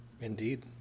Indeed